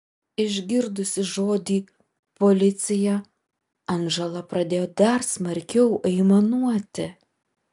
išgirdusi žodį policija andžela pradėjo dar smarkiau aimanuoti